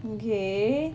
okay